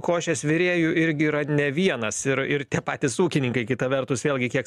košės virėjų irgi yra ne vienas ir ir tie patys ūkininkai kita vertus vėlgi kiek